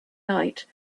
night